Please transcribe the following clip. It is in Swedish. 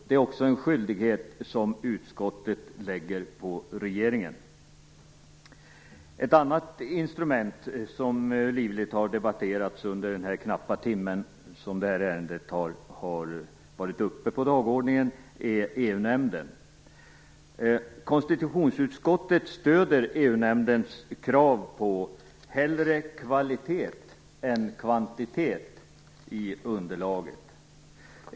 Det är också en skyldighet som utskottet lägger på regeringen. Ett annat instrument som livligt har debatterats under denna knappa timme detta ärende har varit uppe på dagordningen är EU-nämnden. Konstitutionsutskottet stöder EU-nämndens krav: hellre kvalitet än kvantitet i underlaget.